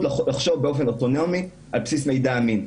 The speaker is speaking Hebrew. לחשוב באופן אוטונומי על בסיס מידע אמין.